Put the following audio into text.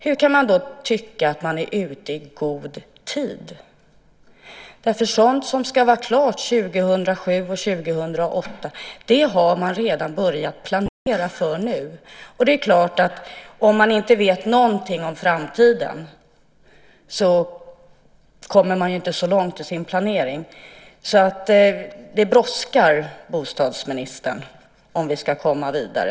Hur kan man då tycka att man är ute i god tid? Sådant som ska vara klart 2007 och 2008 har man redan börjat planera för nu. Om man inte vet någonting om framtiden kommer man inte så långt i sin planering. Det brådskar, bostadsministern, om vi ska komma vidare.